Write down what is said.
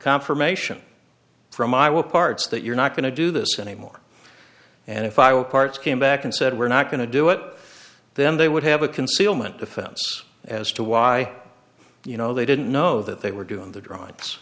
confirmation from i will parts that you're not going to do this anymore and if i will parts came back and said we're not going to do it then they would have a concealment defense as to why you know they didn't know that they were doing the dr